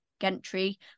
Gentry